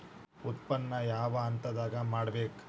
ಉತ್ಪನ್ನ ಯಾವ ಹಂತದಾಗ ಮಾಡ್ಬೇಕ್?